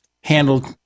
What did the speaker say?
handled